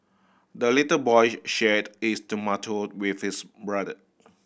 the little boy shared his tomato with his brother